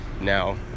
Now